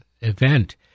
event